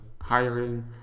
hiring